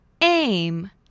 Aim